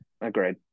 agreed